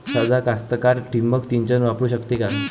सादा कास्तकार ठिंबक सिंचन वापरू शकते का?